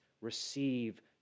receive